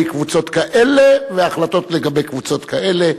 קבוצות כאלה והחלטות לגבי קבוצות כאלה.